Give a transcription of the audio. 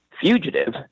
fugitive